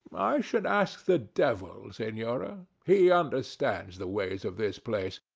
i should ask the devil, senora he understands the ways of this place,